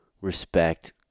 respect